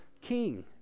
king